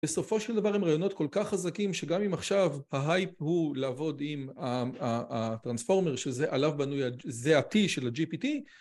בסופו של דבר הם רעיונות כל כך חזקים שגם אם עכשיו ההייפ הוא לעבוד עם הטרנספורמר שעליו בנוי זה ה-T של ה-GPT